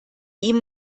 ihm